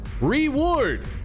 reward